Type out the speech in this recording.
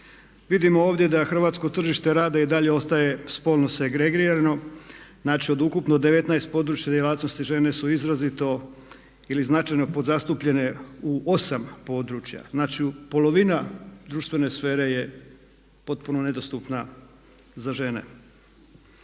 Vidimo ovdje da hrvatsko tržište rada i dalje ostaje spolno segregirano. Znači od ukupno 19 područnih djelatnosti žene su izrazito ili značajno podzastupljene u 8 područja, znači polovina društvene sfere je potpuno nedostupna za žene.